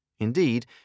Indeed